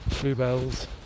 Bluebells